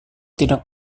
tidak